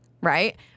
Right